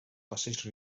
passeig